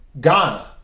Ghana